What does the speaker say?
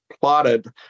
plotted